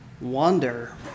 wonder